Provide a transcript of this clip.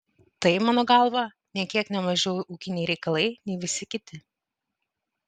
tai mano galva nė kiek ne mažiau ūkiniai reikalai nei visi kiti